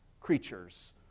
creatures